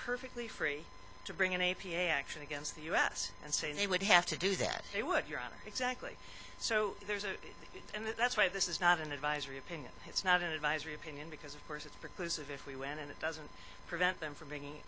perfectly free to bring an a p a action against the u s and say they would have to do that it would your honor exactly so there's a and that's why this is not an advisory opinion it's not an advisory opinion because of course it's because of if we when and it doesn't prevent them from being